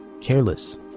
careless